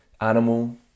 animal